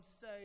say